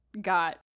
got